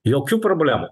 jokių problemų